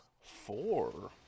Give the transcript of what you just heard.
four